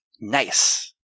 Nice